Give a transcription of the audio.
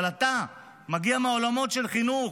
אבל אתה מגיע מעולמות של חינוך.